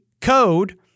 code